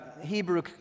Hebrew